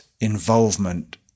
involvement